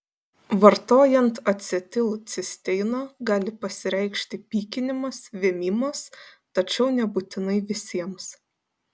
vartojant acetilcisteiną gali pasireikšti pykinimas vėmimas tačiau nebūtinai visiems